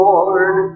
Lord